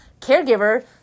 caregiver